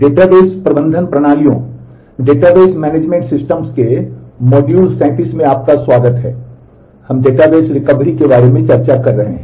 database प्रबंधन प्रणालियों के बारे में चर्चा कर रहे हैं